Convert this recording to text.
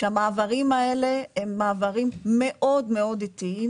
שהמעברים האלה הם מעברים מאוד איטיים